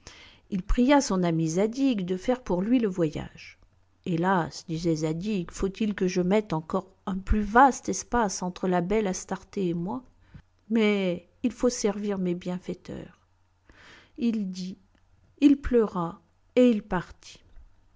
il pria son ami zadig de faire pour lui le voyage hélas disait zadig faut-il que je mette encore un plus vaste espace entre la belle astarté et moi mais il faut servir mes bienfaiteurs il dit il pleura et il partit